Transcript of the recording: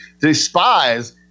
despise